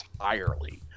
entirely